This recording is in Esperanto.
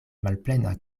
malplena